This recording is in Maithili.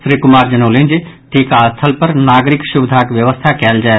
श्री कुमार जनौलनि जे टीका स्थल पर नागरिक सुविधाक व्यवस्था कयल जाय